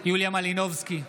מלינובסקי,